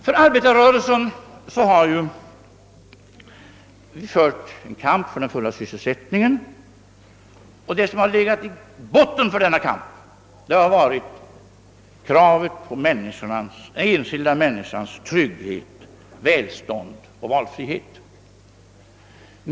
När arbetarrörelsen fört en kamp för den fulla sysselsättningen har i botten för vår kamp legat kravet på den enskilda människans trygghet, välstånd och valfrihet.